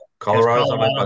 Colorado